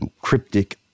cryptic